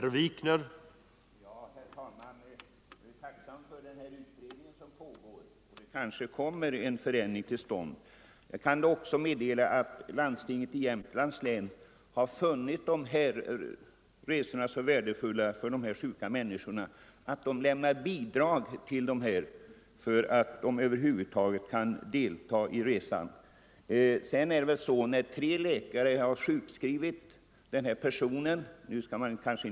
Herr talman! Jag är tacksam för att det pågår en utredning. Det kanske kommer en förändring till stånd. Jag kan också meddela att landstinget i Jämtlands län har funnit de här aktuella resorna så värdefulla för de sjuka att man lämnar bidrag för att de över huvud taget skall kunna delta i resorna. Man kanske inte skall gå in på enskilda fall, men jag vill ändå ta upp det fall jag tidigare nämnde.